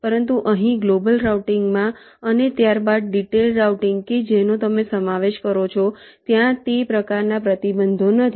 પરંતુ અહીં global routing માં અને ત્યારબાદ ડિટેઈલ્ડ રાઉટીંગ કે જેનો તમે સમાવેશ કરો છો ત્યાં તે પ્રકારના પ્રતિબંધો નથી